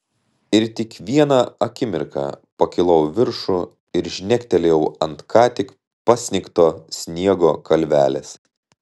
ir tik vieną akimirką pakilau į viršų ir žnektelėjau ant ką tik pasnigto sniego kalvelės